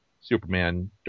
Superman